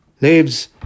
lives